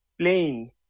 playing